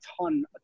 ton